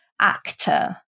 actor